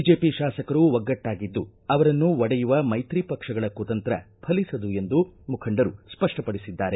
BJP ಶಾಸಕರು ಒಗ್ಗಟ್ಟಾಗಿದ್ದು ಅವರನ್ನು ಒಡೆಯುವ ಮೈತ್ರಿ ಪಕ್ಷಗಳ ಕುತಂತ್ರ ಫಲಿಸದು ಎಂದು ಮುಖಂಡರು ಸ್ಪಪ್ಪಪಡಿಸಿದ್ದಾರೆ